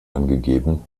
angegeben